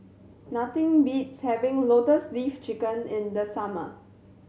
nothing beats having Lotus Leaf Chicken in the summer